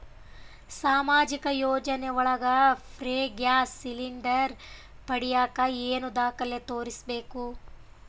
ಸಾಮಾಜಿಕ ಯೋಜನೆ ಒಳಗ ಫ್ರೇ ಗ್ಯಾಸ್ ಸಿಲಿಂಡರ್ ಪಡಿಯಾಕ ಏನು ದಾಖಲೆ ತೋರಿಸ್ಬೇಕು?